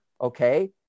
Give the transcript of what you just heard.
okay